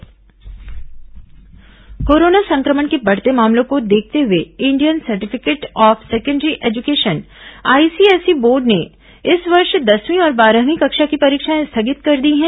ICSE परीक्षा स्थगित corona संक्रमण के बढ़ते मामलों को देखते हुए Indian certificate of secondary education ICSE board ने इस वर्ष दसवीं और बारहवीं कक्षा की परीक्षाएं स्थगित कर दी हैं